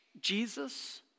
Jesus